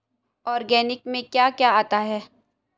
Organic में क्या क्या आता है?